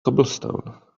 cobblestone